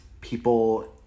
people